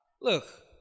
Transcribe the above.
Look